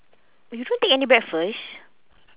you don't take any breakfast